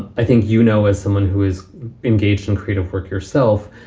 i think, you know, as someone who is engaged in creative work yourself,